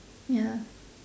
ya